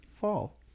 Fall